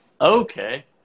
Okay